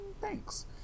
thanks